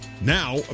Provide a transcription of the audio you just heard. Now